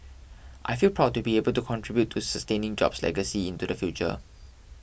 I feel proud to be able to contribute to sustaining Job's legacy into the future